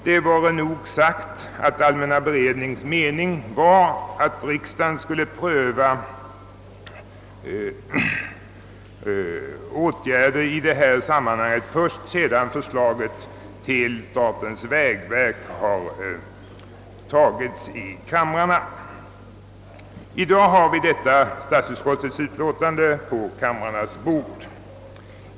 Det vare nog sagt att allmänna beredningsutskottets mening då var att riksdagen skulle pröva åtgärder i detta sammanhang först sedan förslaget till statens vägverks organisation var antaget i kamrarna. I dag ligger statsutskot tets utlåtande i detta ärende på kamrarnås bord.